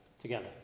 together